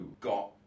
got